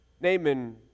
Naaman